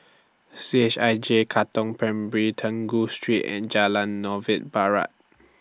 C H I J Katong Primary Street and Jalan Novena Barat